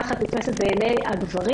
כך את נתפסת בעיני הגברים.